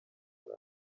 muri